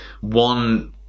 one